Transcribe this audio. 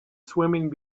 swimming